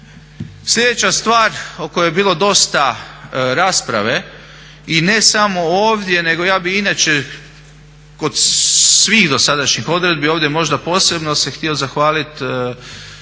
Sljedeća stvar o kojoj je bilo dosta rasprave i ne samo ovdje nego ja bih inače kod svih dosadašnjih odredbi ovdje možda posebno se htio zahvalit